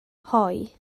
hoe